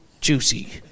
Juicy